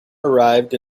arrived